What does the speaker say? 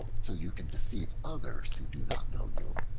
till you can deceive others who do not know you.